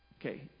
Okay